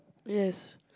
yes